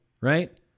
right